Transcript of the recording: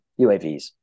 UAVs